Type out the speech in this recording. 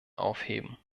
aufheben